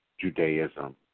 Judaism